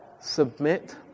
Submit